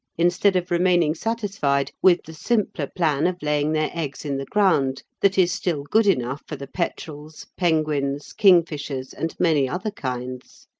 instead of remaining satisfied with the simpler plan of laying their eggs in the ground that is still good enough for the petrels, penguins, kingfishers, and many other kinds.